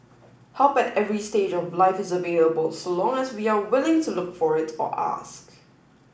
help at every stage of life is available so long as we are willing to look for it or ask